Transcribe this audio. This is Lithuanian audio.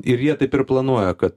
ir jie taip ir planuoja kad